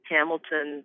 Hamilton